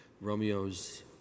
Romeos